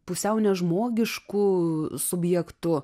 pusiau nežmogišku subjektu